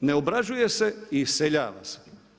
ne obrađuje se i iseljava se.